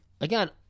again